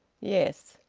yes.